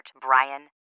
Brian